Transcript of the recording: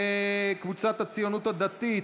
קבוצת סיעת הציונות הדתית,